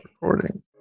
recording